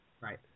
right